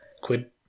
Quid